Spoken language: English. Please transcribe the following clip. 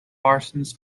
parsons